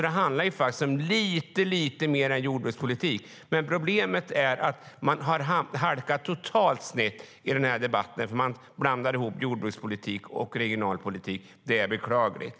Det handlar alltså om lite mer än bara jordbrukspolitik. Problemet är att man har halkat totalt snett i den här debatten. Man blandar ihop jordbrukspolitik och regionalpolitik. Det är beklagligt.